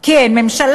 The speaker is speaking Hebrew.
כי אין ממשלה,